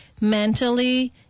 mentally